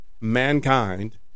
mankind